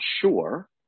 sure